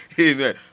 amen